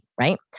Right